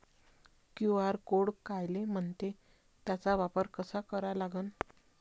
QR code कायले म्हनते, त्याचा वापर कसा करा लागन?